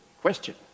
question